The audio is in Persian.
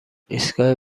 ایستگاه